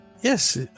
Yes